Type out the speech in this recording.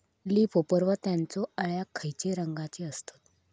Leaf hopper व त्यानचो अळ्या खैचे रंगाचे असतत?